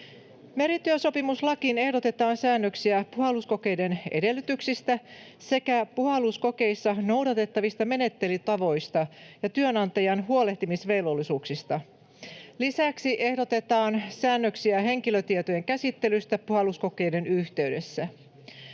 Merityösopimuslakiin ehdotetaan säännöksiä puhalluskokeiden edellytyksistä sekä puhalluskokeissa noudatettavista menettelytavoista ja työnantajan huolehtimisvelvollisuuksista. Lisäksi ehdotetaan säännöksiä henkilötietojen käsittelystä puhalluskokeiden yhteydessä.